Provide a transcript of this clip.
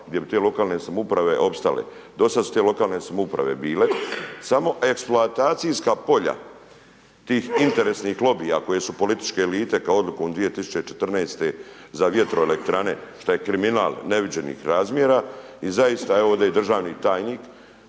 gdje bi te lokalne samouprave opstale. Do sada su te lokalne samouprave bile, samo eksploatacijska polja tih interesnih lobija koje su političke elite kao odlukom 2014. za vjetroelektrane šta je kriminal neviđenih razmjera. I zaista evo ovdje je i državni tajnik,